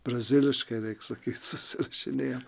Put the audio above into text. braziliškai reik sakyt susirašinėjam